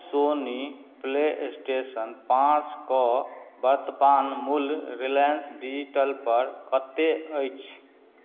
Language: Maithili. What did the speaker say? सोनी प्लेस्टेशन पाँचके वर्तमान मूल्य रिलायन्स डिजिटलपर कतेक अछि